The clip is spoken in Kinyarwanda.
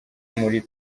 muri